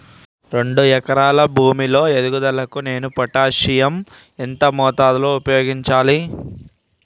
రెండు ఎకరాల భూమి లో ఎదుగుదలకి నేను పొటాషియం ఎంత మోతాదు లో ఉపయోగించాలి?